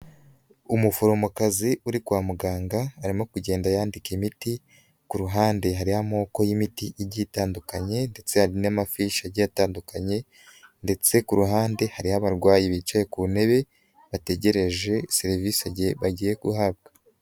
Umuforomokazi uri kwa muganga, arimo kugenda yandika imiti, ku ruhande hari y'amoko y'imiti igitandukanye ndetse hari n'amafishi agiye atandukanye ndetse ku ruhande hari abarwayi bicaye ku ntebe, bategereje serivisi bagiye guhabwa.